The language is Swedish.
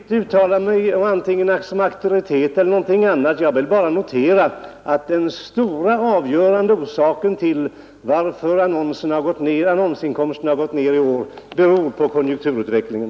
Herr talman! Jag vill inte uttala mig vare sig såsom auktoritet eller någonting annat. Jag vill bara notera att den stora och avgörande orsaken till att annonsinkomsterna har gått ner i år är konjunkturutvecklingen.